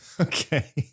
Okay